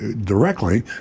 directly